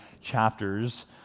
chapters